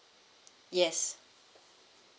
yes